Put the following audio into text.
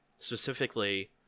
Specifically